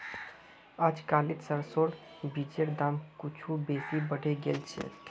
अजकालित सरसोर बीजेर दाम कुछू बेसी बढ़े गेल छेक